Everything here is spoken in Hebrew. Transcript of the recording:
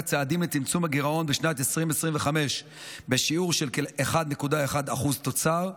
צעדים לצמצום הגירעון בשנת 2025 בשיעור של 1.1% תוצר,